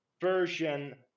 version